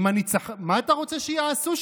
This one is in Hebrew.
מה אתה רוצה שיעשו?